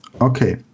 Okay